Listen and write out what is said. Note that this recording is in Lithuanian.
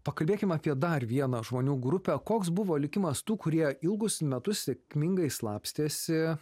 pakalbėkim apie dar vieną žmonių grupę koks buvo likimas tų kurie ilgus metus sėkmingai slapstėsi